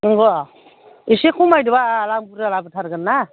नोंगौ एसे खमायदो बाल आं बुर्जा लाबोथारगोनना